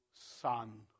Son